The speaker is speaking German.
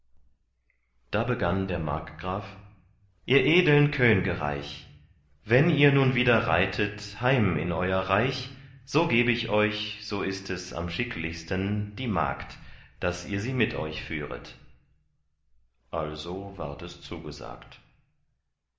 da begann der markgraf ihr edeln könge reich wenn ihn nun wieder reitet heim in euer reich so geb ich euch so ist es am schicklichsten die magd daß ihr sie mit euch führet also ward es zugesagt